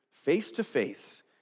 face-to-face